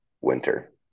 winter